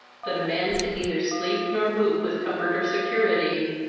that a man can neither sleep nor move with comfort or security.